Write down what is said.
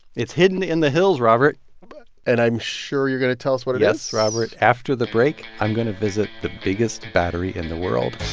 it's hidden in the hills, robert and i'm sure you're going to tell us what it is. yes, robert. after the break, i'm going to visit the biggest battery in the world,